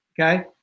Okay